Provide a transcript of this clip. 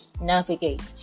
navigate